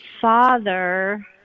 father